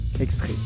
extrait